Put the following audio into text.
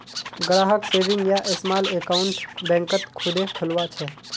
ग्राहक सेविंग या small account बैंकत खुदे खुलवा छे